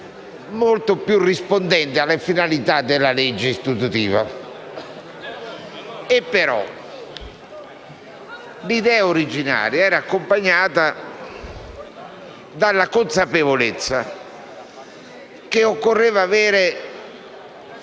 molto più rispondente alle finalità della legge istitutiva. Tuttavia, l'idea originaria era sostenuta dalla consapevolezza che occorreva avere